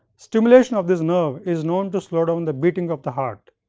stimulation of this nerve is known to slow down the beating of the heart.